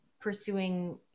pursuing